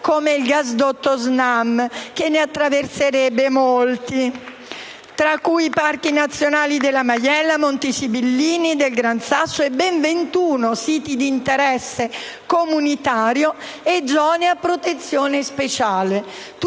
come il gasdotto SNAM, che ne attraverserebbe molti, tra cui i parchi nazionali della Maiella, dei monti Sibillini e del Gran Sasso e ben 21 fra siti d'interesse comunitario e zone a protezione speciale.